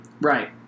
Right